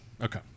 okay